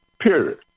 period